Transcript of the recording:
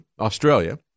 Australia